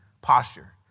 posture